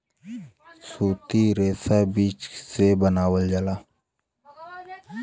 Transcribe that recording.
सूती रेशा बीज से बनावल जाला